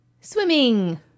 Swimming